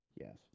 Yes